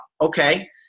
Okay